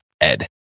ed